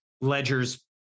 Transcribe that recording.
ledger's